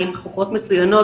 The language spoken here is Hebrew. הן חוקרות מצוינות,